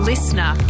Listener